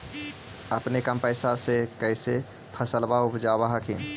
अपने कम पैसा से कैसे फसलबा उपजाब हखिन?